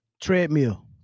Treadmill